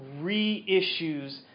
reissues